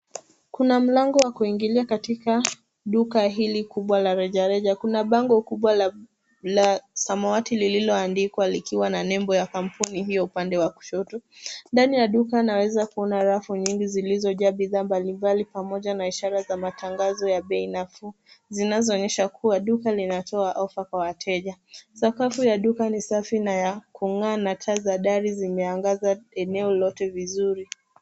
Kuna mlango wa kuingilia katika duka hili kubwa la rejareja. Kuna bango kubwa la samawati lililoandikwa likiwa na nembo ya kampuni hiyo upande wa kushoto. Ndani ya duka naweza kuona rafu zilizojaa bidhaa mbalimbali pamoja na ishara za matangazo ya bei nafuu zinazoonyesha kuwa duka linatoa offer kwa wateja. Sakafu ya duka ni safi na ya kung'aa na taa za dari zimeangaza eneo lote vizuri.